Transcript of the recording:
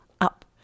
Up